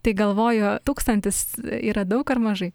tai galvoju tūkstantis yra daug ar mažai